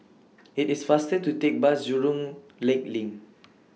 IT IS faster to Take Bus Jurong Lake LINK